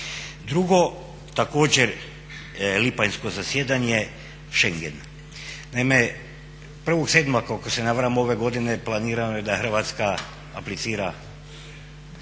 Drugo, također lipanjsko zasjedanje schengen. Naime, 1.7.ako se na varam ove godine planirano je da Hrvatska aplicira.